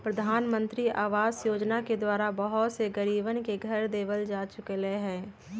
प्रधानमंत्री आवास योजना के द्वारा बहुत से गरीबन के घर देवल जा चुक लय है